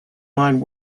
mind